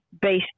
based